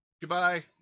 Goodbye